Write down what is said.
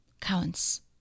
counts